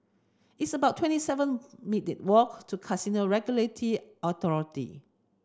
it's about twenty seven minute walk to Casino Regulatory Authority